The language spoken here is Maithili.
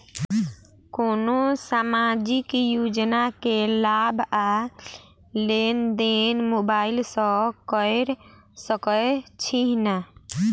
कोनो सामाजिक योजना केँ लाभ आ लेनदेन मोबाइल सँ कैर सकै छिःना?